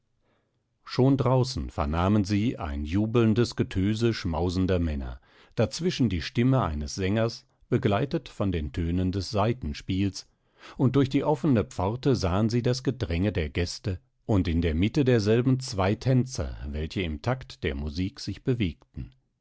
schon draußen vernahmen sie ein jubelndes getöse schmausender männer dazwischen die stimme eines sängers begleitet von den tönen des saitenspiels und durch die offene pforte sahen sie das gedränge der gäste und in der mitte derselben zwei tänzer welche im takt der musik sich bewegten